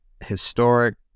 historic